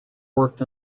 worked